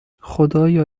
خدایا